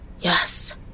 Yes